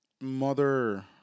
mother